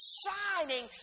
shining